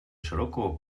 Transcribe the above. широкого